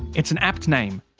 it's an apt name,